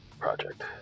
Project